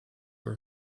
were